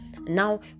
now